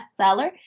bestseller